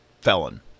felon